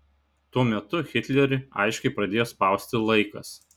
tuo metu hitlerį aiškiai pradėjo spausti laikas